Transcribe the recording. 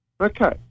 Okay